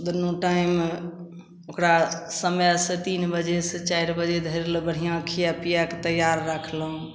दुन्नू टाइम ओकरा समयसे तीन बजेसे चारि बजे धरिलए बढ़िआँ खिआ पिआके तैआर रखलहुँ